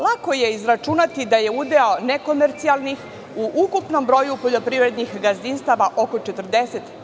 Lako je izračunati da je udeo nekomercijalnih u ukupnom broju poljoprivrednih gazdinstava oko 40%